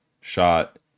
shot